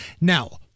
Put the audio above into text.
Now